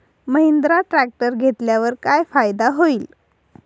Mahindra tractor घेतल्यावर काय फायदा होईल?